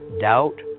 Doubt